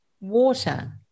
water